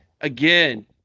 again